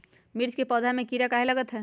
मिर्च के पौधा में किरा कहे लगतहै?